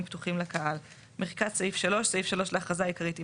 פתוחים לקהל." מחיקת סעיף 3 סעיף 3 לאכרזה העיקרית - יימחק.